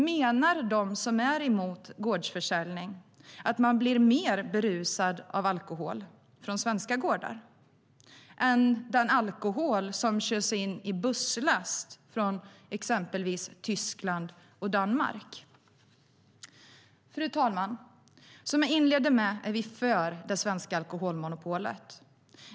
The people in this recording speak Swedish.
Menar de som är emot gårdsförsäljning att man blir mer berusad av alkohol från svenska gårdar än av den alkohol som körs in i busslaster från exempelvis Tyskland och Danmark? Fru talman! Som jag inledde med, är vi för det svenska alkoholmonopolet.